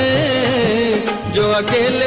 a delicate